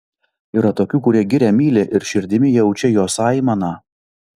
yra tokių kurie girią myli ir širdimi jaučia jos aimaną